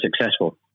successful